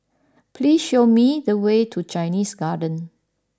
please show me the way to Chinese Garden